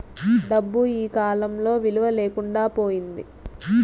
డబ్బు ఈకాలంలో విలువ లేకుండా పోయింది